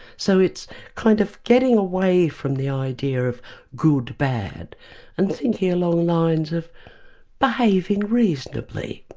so it's kind of getting away from the idea of good bad and thinking along the lines of behaving reasonably.